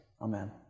Amen